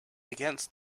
against